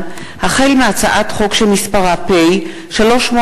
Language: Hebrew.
תנמק את ההצעה חברת הכנסת שלי יחימוביץ.